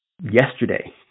yesterday